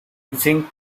zinc